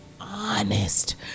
honest